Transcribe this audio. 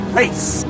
race